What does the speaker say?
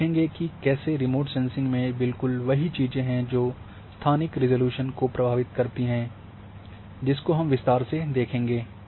हम देखेंगे की कैसे रिमोट सेंसिंग में बिल्कुल वही चीजें हैं जो स्थानिक रिज़ॉल्यूशन को प्रभावित करती हैं जिसको हम विस्तार से देखेंगे